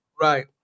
Right